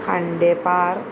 Khandepar